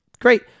great